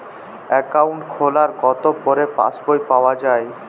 Account খোলার কতো পরে পাস বই পাওয়া য়ায়?